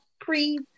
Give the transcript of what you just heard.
pre